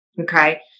Okay